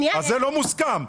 אז זה לא מוסכם.